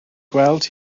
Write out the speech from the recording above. gweld